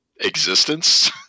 Existence